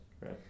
Right